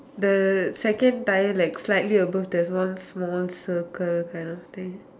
the second tyre like slightly above there's one small circle kind of thing